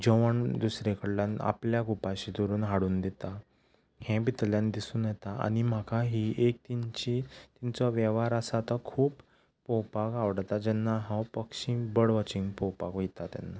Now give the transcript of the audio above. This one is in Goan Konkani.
जेवण दुसरे कडल्यान आपल्याक उपाशी दवरून हाडून दिता हें भितरल्यान दिसून येता आनी म्हाका ही एक तांची तांचो वेव्हार आसा तो खूब पळोवपाक आवडटा जेन्ना हांव पक्षी बर्ड वॉचींग पळोवपाक वयतां तेन्ना